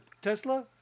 Tesla